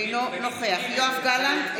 אינו נוכח יואב גלנט,